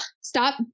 stop